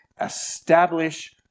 establish